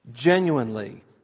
genuinely